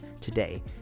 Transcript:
today